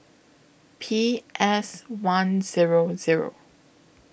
P S one Zero Zero